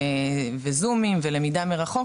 זומים ולמידה מרחוק,